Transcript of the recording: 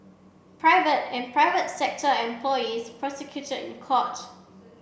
private and private sector employees prosecuted in court